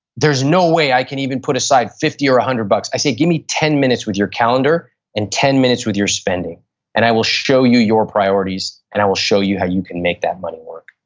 there's no way i can even put aside fifty or a hundred bucks, i say, give me ten minutes with your calendar and ten minutes with your spending and i will show you your priorities and i will show you how you can make that money work.